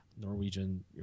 Norwegian